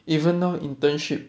even now internship